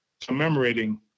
commemorating